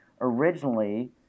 originally